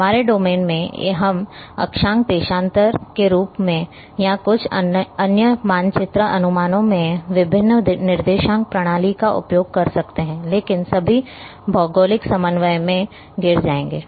हमारे डोमेन में हम अक्षांश देशांतर के रूप में या कुछ अन्य मानचित्र अनुमानों में विभिन्न निर्देशांक प्रणाली का उपयोग कर सकते हैं लेकिन सभी भौगोलिक समन्वय में गिर जाएंगे